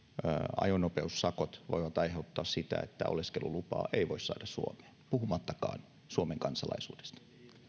ajonopeussakot voivat aiheuttaa sen että oleskelulupaa suomeen ei voi saada puhumattakaan suomen kansalaisuudesta